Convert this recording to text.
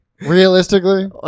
Realistically